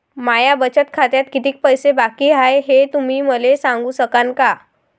माया बचत खात्यात कितीक पैसे बाकी हाय, हे तुम्ही मले सांगू सकानं का?